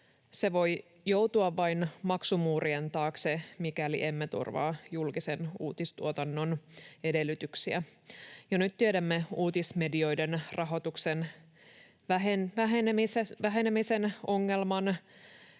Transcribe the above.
vain joutua maksumuurien taakse, mikäli emme turvaa julkisen uutistuotannon edellytyksiä. Jo nyt tiedämme uutismedioiden rahoituksen vähenemisen ongelman